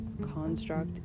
construct